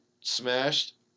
smashed